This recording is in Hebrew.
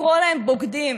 לקרוא להם "בוגדים",